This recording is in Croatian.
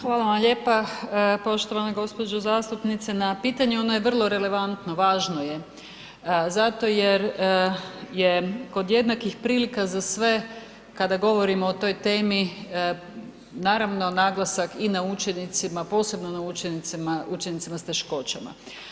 Hvala vam lijepa poštovana gospođo zastupnice na pitanju, ono je vrlo relevantno, važno je zato jer je kod jednakih prilika za sve kada govorimo o toj temi, naravno naglasak i na učenicima, posebno na učenicima s teškoćama.